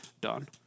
done